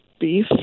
beef